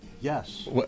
Yes